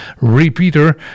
Repeater